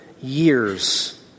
years